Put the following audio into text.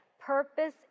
purpose